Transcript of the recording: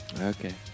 Okay